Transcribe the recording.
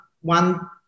one